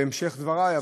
אליה בהמשך דברי.